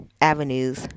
avenues